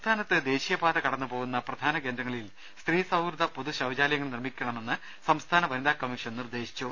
സംസ്ഥാനത്ത് ദേശീയപാത കടന്നു പോകുന്ന പ്രധാന കേന്ദ്രങ്ങളിൽ സ്ത്രീ സൌഹൃദ പൊതു ശൌചാലയങ്ങൾ നിർമിക്കണമെന്ന് സംസ്ഥാന വനിതാ കമ്മീഷൻ നിർദേശിച്ചു